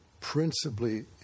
principally